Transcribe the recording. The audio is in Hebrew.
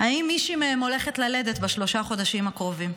האם מישהי מהן הולכת ללדת בשלושת החודשים הקרובים?